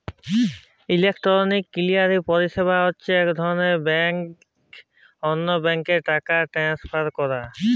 electronic clearing পরিছেবা হছে ইক ব্যাংক থ্যাইকে অল্য ব্যাংকে টাকা টেলেসফার ক্যরা